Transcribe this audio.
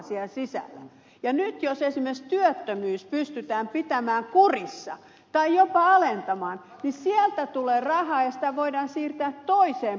nyt jos esimerkiksi työttömyys pystytään pitämään kurissa tai jopa alentamaan sitä niin sieltä tulee rahaa ja sitä voidaan siirtää toiseen pottiin